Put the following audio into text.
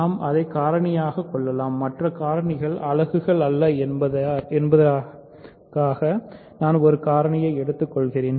நாம் அதை காரணியாகக் கொள்ளலாம் மற்ற காரணிகள் அலகுகள் அல்ல என்பதற்காக நான் ஒரு காரணியை எடுத்துக்கொள்கிறேன்